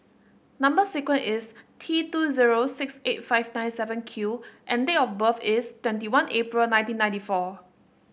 number sequence is T two zero six eight five nine seven Q and date of birth is twenty one April nineteen ninety four